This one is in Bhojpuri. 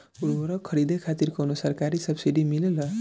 उर्वरक खरीदे खातिर कउनो सरकारी सब्सीडी मिलेल?